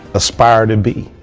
aspire to be.